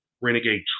renegade